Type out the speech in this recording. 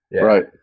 Right